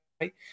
right